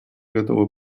готова